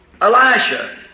Elisha